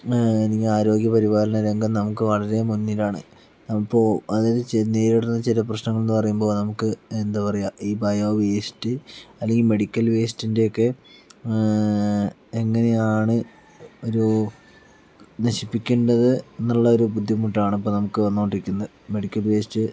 ആരോഗ്യ പരിപാലന രംഗം നമുക്ക് വളരെ മുന്നിലാണ് അപ്പൊൾ അതിൽ ചെന്ന് ചേരുന്ന ചില പ്രശ്നങ്ങൾന്ന് പറയുമ്പോൾ നമുക്ക് എന്താ പറയുക ഈ ബയോ വേസ്റ്റ് അല്ലെങ്കിൽ മെഡിക്കൽ വേസ്റ്റിൻ്റെ ഒക്കെ എങ്ങനെയാണ് ഓരോ നശിപ്പിക്കേണ്ടത് എന്നുള്ള ഒരു ബുദ്ധിമുട്ടാണ് ഇപ്പോൾ നമുക്ക് വന്നുകൊണ്ടിരിക്കുന്നത് മെഡിക്കൽ വേസ്റ്റ്